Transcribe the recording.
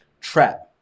trap